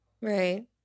right